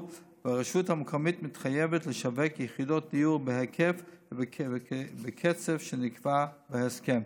והרשות המקומית מתחייבת לשווק יחידות דיור בהיקף ובקצב שנקבע בהסכם.